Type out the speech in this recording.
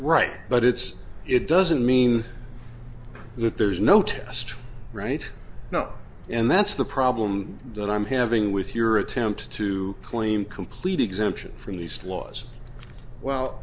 right but it's it doesn't mean that there's no test right now and that's the problem that i'm having with your attempt to claim complete exemption from these laws well